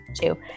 two